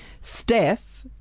Steph